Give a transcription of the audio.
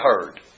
heard